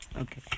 Okay